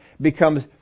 becomes